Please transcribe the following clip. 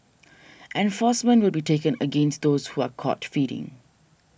enforcement will be taken against those who are caught feeding